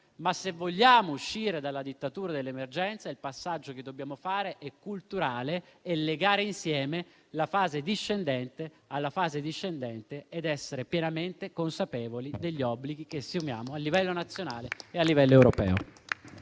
ma, se vogliamo uscire dalla dittatura dell'emergenza, il passaggio che dobbiamo fare è culturale e legare insieme la fase discendente alla fase ascendente ed essere pienamente consapevoli degli obblighi che assumiamo a livello nazionale e a livello europeo.